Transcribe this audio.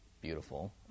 beautiful